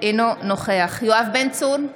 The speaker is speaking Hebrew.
אינו נוכח יואב בן צור,